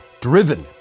Driven